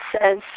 says